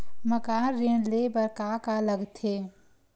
मकान ऋण ले बर का का लगथे?